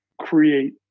create